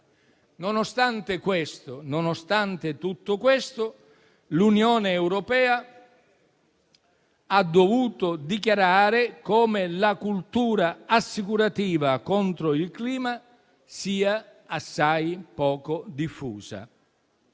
Nonostante tutto questo, l'Unione europea ha dovuto dichiarare come la cultura assicurativa contro il clima sia assai poco diffusa: